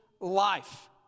life